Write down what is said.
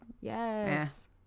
yes